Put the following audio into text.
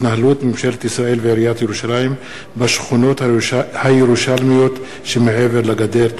התנהלות ממשלת ישראל ועיריית ירושלים בשכונות הירושלמיות שמעבר לגדר.